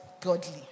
godly